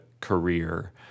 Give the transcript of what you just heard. career